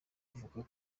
avuga